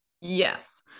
yes